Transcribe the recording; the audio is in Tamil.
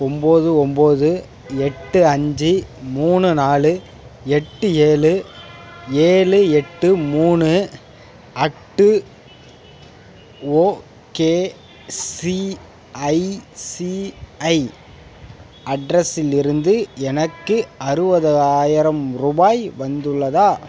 ஒம்போது ஒம்போது எட்டு அஞ்சு மூணு நாலு எட்டு ஏழு ஏழு எட்டு மூணு அட்டு ஓகேசிஐசிஐ அட்ரஸில் இருந்து எனக்கு அறுபதாயிரம் ருபாய் வந்துள்ளதா